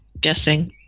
Guessing